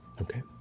Okay